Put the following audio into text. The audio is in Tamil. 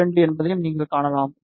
2 என்பதையும் நீங்கள் காணலாம்